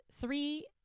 three